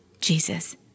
Jesus